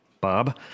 Bob